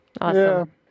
Awesome